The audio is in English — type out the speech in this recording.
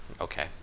okay